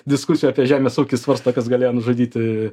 diskusijų apie žemės ūkį svarsto kas galėjo nužudyti